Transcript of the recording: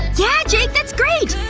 yeah jake! that's great!